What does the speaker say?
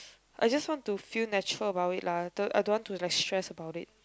I just want to feel natural about it lah I d~ I don't want to stress about it